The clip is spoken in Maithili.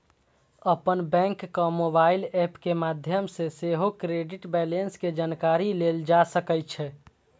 अपन बैंकक मोबाइल एप के माध्यम सं सेहो क्रेडिट बैंलेंस के जानकारी लेल जा सकै छै